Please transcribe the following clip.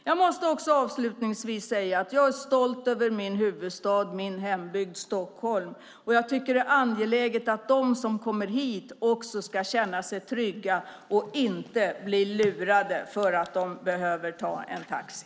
Jag måste avslutningsvis få säga att jag är stolt över min huvudstad, min hembygd Stockholm, och jag tycker att det är angeläget att de som kommer hit ska känna sig trygga och inte ska bli lurade för att de behöver ta en taxi.